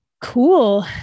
Cool